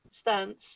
stance